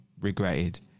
regretted